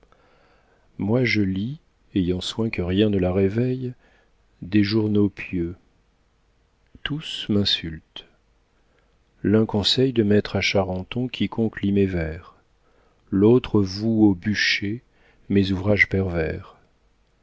moi je lis ayant soin que rien ne la réveille des journaux pieux tous m'insultent l'un conseille de mettre à charenton quiconque lit mes vers l'autre voue au bûcher mes ouvrages pervers